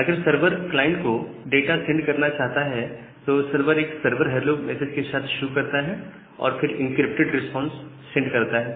अगर server client को data send करना चाहता है तो सर्वर एक सर्वर हैलो मैसेज के साथ शुरू करता है और फिर इंक्रिप्टेड रिस्पांस सेंड करता है